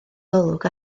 golwg